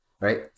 right